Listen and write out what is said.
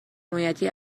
حمایتی